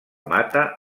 mata